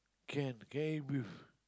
can can eat beef